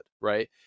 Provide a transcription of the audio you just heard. right